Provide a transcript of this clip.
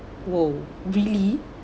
!whoa! really